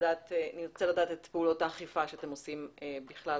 נרצה לדעת מה פעולות האכיפה שאתם עושים בכלל